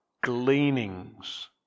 Gleanings